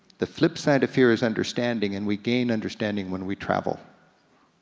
the flip side of fear is understanding, and we gain understanding when we travel.